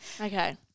okay